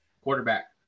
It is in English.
Quarterback